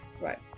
right